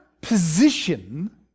position